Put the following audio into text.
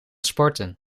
sporten